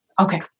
Okay